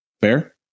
Fair